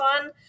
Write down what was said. one